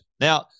Now